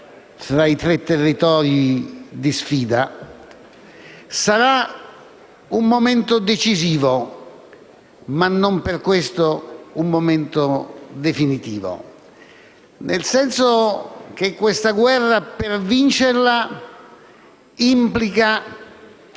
fra i tre territori di sfida. Sarà un momento decisivo, ma non per questo un momento definitivo, nel senso che vincere questa guerra implica,